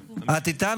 שיהיה כאן